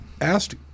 asked